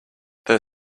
there